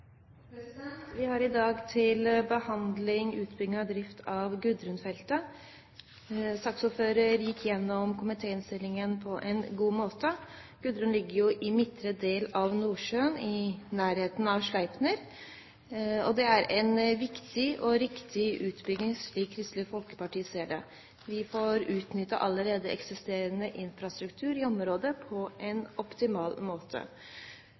måte. Gudrun ligger i midtre del av Nordsjøen, i nærheten av Sleipner. Det er en viktig og riktig utbygging, slik Kristelig Folkeparti ser det. Vi får utnyttet allerede eksisterende infrastruktur i området på en optimal måte.